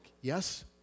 Yes